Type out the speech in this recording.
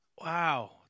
wow